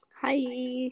Hi